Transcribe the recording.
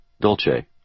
Dolce